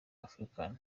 africa